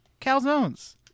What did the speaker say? Calzones